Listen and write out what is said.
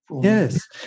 Yes